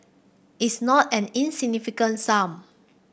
it's not an insignificant sum